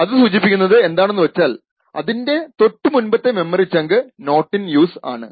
അത് സൂചിപ്പിക്കുന്നത് എന്താണെന്നു വച്ചാൽ അതിനു മുൻപത്തെ memory chunk not in use ആണ്